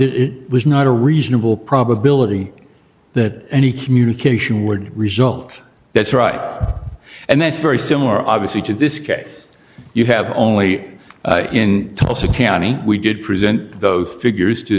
it was not a reasonable probability that any communication would result that's right and that's very similar obviously to this case you have only in tulsa county we did present those figures to